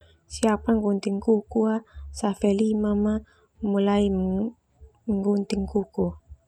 Siapkan gunting kuku ah, safe limam ah, mulai menggunting kuku.